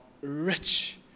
rich